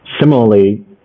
Similarly